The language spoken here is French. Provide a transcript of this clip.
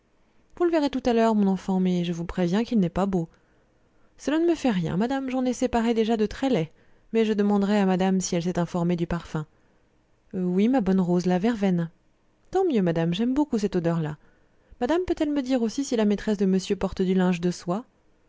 vous le verrez tout à l'heure mon enfant mais je vous préviens qu'il n'est pas beau cela ne me fait rien madame j'en ai séparé déjà de très laids mais je demanderai à madame si elle s'est informée du parfum oui ma bonne rose la verveine tant mieux madame j'aime beaucoup cette odeur là madame peut-elle me dire aussi si la maîtresse de monsieur porte du linge de soie